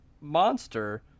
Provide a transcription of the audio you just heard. Monster